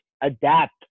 adapt